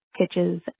Pitches